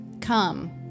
come